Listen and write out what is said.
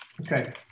Okay